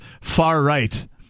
far-right